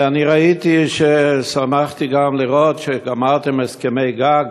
אני ראיתי, שמחתי גם לראות שגמרתם הסכמי גג